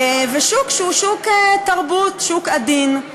בשוק שהוא שוק תרבות, שוק עדין.